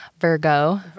virgo